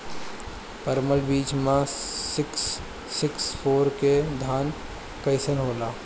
परमल बीज मे सिक्स सिक्स फोर के धान कईसन होला?